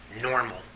normal